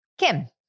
Kim